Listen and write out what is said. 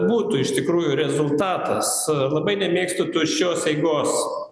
būtų iš tikrųjų rezultatas labai nemėgstu tuščios eigos